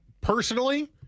personally